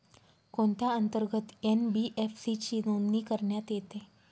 कोणत्या अंतर्गत एन.बी.एफ.सी ची नोंदणी करण्यात येते?